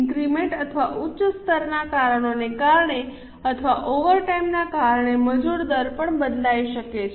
increment અથવા ઉચ્ચ સ્તરના કારણોને કારણે અથવા ઓવરટાઇમના કારણે મજૂર દર પણ બદલાઈ શકે છે